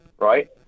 right